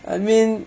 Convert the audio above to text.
I mean